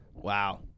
Wow